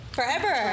Forever